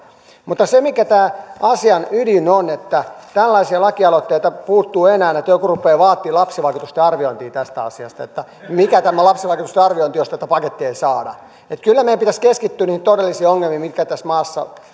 mutta asian ydin on että on tällaisia lakialoitteita ja enää puuttuu että joku rupeaa vaatimaan lapsivaikutusten arviointia tästä asiasta että mitkä ovat tämän lapsivaikutukset jos tätä pakettia ei saada että kyllä meidän pitäisi keskittyä niihin todellisiin ongelmiin mitkä tässä maassa